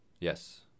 Yes